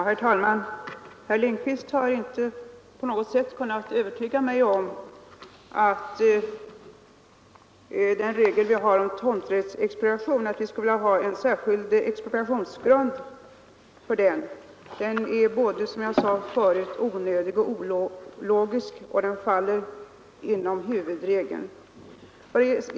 Herr talman! Herr Lindkvist har inte på något sätt kunnat övertyga mig om att vi skulle ha en särskild expropriationsgrund för tomträttsexpropriering. Den är, som jag förut sade, både onödig och ologisk och den faller inom huvudregeln.